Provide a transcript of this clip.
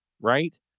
right